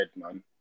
man